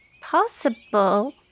possible